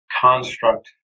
construct